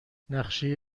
نقشه